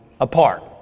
apart